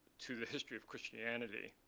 to the history of christianity,